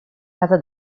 casa